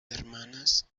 hermanas